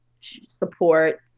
support